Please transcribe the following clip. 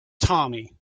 tommy